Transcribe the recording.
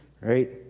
right